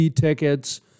tickets